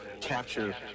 capture